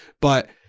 But-